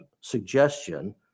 suggestion